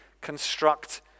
construct